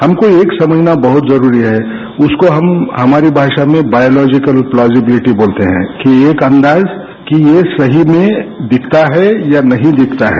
हम को यह समझाना बहुत ही जरूरी है उसको हम हमारी भाषा में बायोलॉजिकल प्लोजीब्लिटी बोलते है कि एक अंदाज कि यह सही में दिखता है या नहीं दिखता है